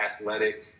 athletic